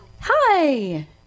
Hi